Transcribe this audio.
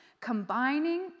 Combining